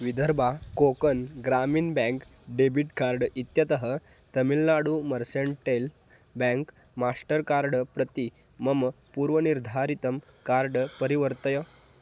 Vidarbha Konkan Gramin bank debit card इत्यतः Tamil Nadu mercantile bank master card प्रति मम पूर्वनिर्धारितं कार्ड् परिवर्तय